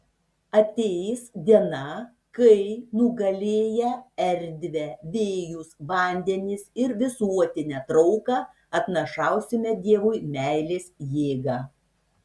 ateis diena kai nugalėję erdvę vėjus vandenis ir visuotinę trauką atnašausime dievui meilės jėgą